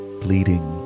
bleeding